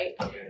right